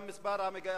גם מספר עדרים,